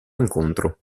incontro